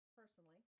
personally